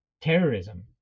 terrorism